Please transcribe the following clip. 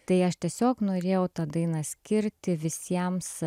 tai aš tiesiog norėjau tą dainą skirti visiems